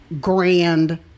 grand